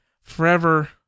forever